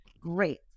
Great